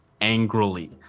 angrily